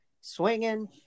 swinging